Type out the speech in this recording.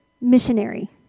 missionary